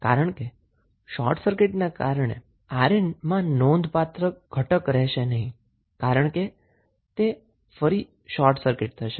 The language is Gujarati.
કારણ કે શોર્ટ સર્કીટ ના કારણે 𝑅𝑁 નોંધપાત્ર ઘટક રહેશે નહી કારણ કે તે ફરી શોર્ટ સર્કીટ થશે